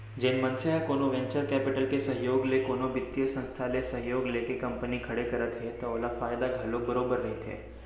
जेन मनसे ह कोनो वेंचर कैपिटल के सहयोग ले कोनो बित्तीय संस्था ले सहयोग लेके कंपनी खड़े करत हे त ओला फायदा घलोक बरोबर रहिथे